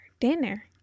Dinner